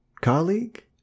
Colleague